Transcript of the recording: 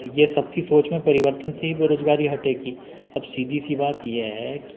ये सबकी सोच में परिवर्तन से ही बेरोजगारी हटेगी अब सीधी सी बात ये है